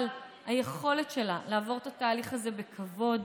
אבל היכולת שלה לעבור את התהליך הזה בכבוד,